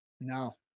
No